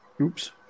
Oops